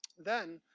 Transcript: then,